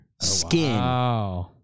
Skin